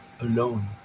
alone